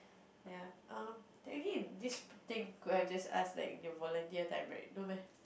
ya um technically this thing could have just ask the volunteer direct no meh